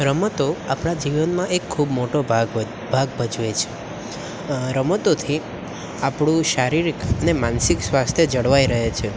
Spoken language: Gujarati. રમતો આપણા જીવનમાં એક ખૂબ મોટો ભાગ ભજવ ભાગ ભજવે છે રમતોથી આપણું શારીરિક અને માનસિક સ્વાસ્થ્ય જળવાઈ રહે છે